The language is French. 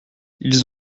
ils